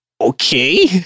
okay